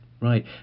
Right